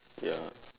ya